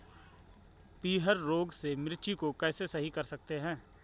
पीहर रोग से मिर्ची को कैसे सही कर सकते हैं?